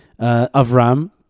Avram